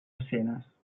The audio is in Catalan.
escenes